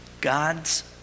God's